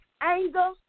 anger